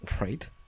Right